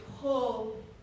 pull